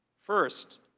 first,